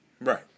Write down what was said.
Right